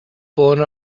போன